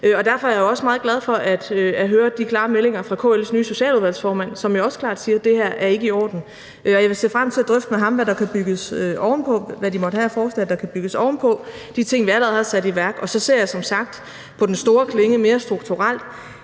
Derfor er jeg også meget glad for at høre de klare meldinger fra KL's nye socialudvalgsformand, som jo også klart siger, at det her ikke er i orden. Og jeg vil se frem til at drøfte med ham, hvad de måtte have af forslag, der kan bygge oven på de ting, vi allerede har sat i værk. Og så ser jeg som sagt på den store klinge mere strukturelt